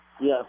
Yes